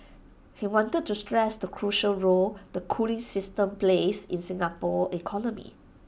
he wanted to stress the crucial role the cooling system plays in Singapore's economy